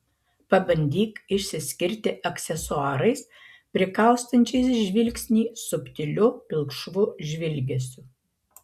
pabandyk išsiskirti aksesuarais prikaustančiais žvilgsnį subtiliu pilkšvu žvilgesiu